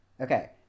okay